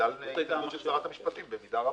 בגלל התנגדות של שרת המשפטים במידה רבה.